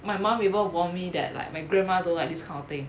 my mum even warn me that like my grandma don't like this kind of thing